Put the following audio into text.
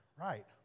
right